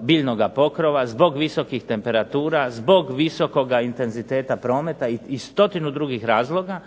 biljnog pokrova, zbog visokih temperatura, zbog visokog intenziteta prometa i stotinu drugih razloga.